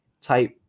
type